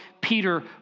Peter